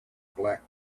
black